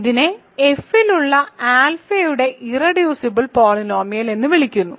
ഇതിനെ F ലുള്ള ആൽഫയുടെ ഇർറെഡ്യൂസിബിൾ പോളിനോമിയൽ എന്ന് വിളിക്കുന്നു